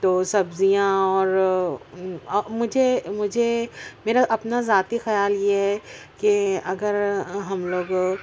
تو سبزیاں اور مجھے مجھے میرا اپنا ذاتی خیال یہ ہے کہ اگر ہم لوگ